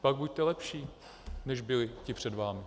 Pak buďte lepší, než byli ti před vámi.